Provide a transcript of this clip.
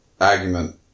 argument